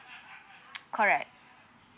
correct